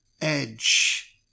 edge